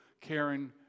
Karen